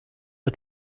der